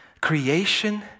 Creation